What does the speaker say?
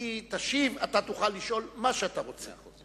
תשיב, תוכל לשאול מה שאתה רוצה.